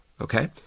okay